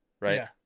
Right